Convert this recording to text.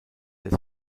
des